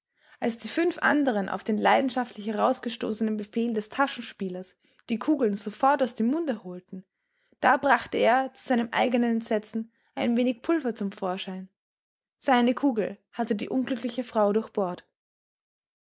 als die fünf anderen auf den leidenschaftlich herausgestoßenen befehl des taschenspielers die kugeln sofort aus dem munde holten da brachte er zu seinem eigenen entsetzen ein wenig pulver zum vorschein seine kugel hatte die unglückliche frau